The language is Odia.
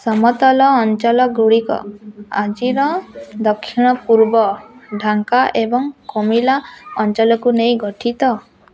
ସମତଲ ଅଞ୍ଚଲଗୁଡ଼ିକ ଆଜିର ଦକ୍ଷିଣ ପୂର୍ବ ଢାଙ୍କା ଏବଂ କୋମିଲା ଅଞ୍ଚଳକୁ ନେଇ ଗଠିତ